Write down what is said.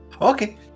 Okay